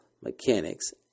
mechanics